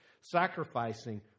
sacrificing